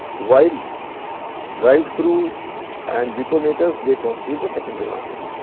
while drives thru and baconators, they constitute the secondary market.